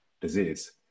disease